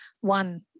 One